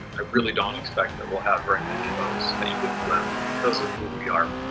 i really don't expect that we'll have very many of those at uwm because of who we are.